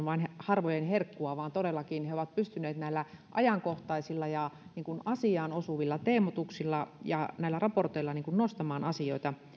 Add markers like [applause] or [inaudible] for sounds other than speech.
[unintelligible] vain harvojen herkkua vaan todellakin he ovat pystyneet näillä ajankohtaisilla ja asiaan osuvilla teemoituksilla ja näillä raporteilla nostamaan asioita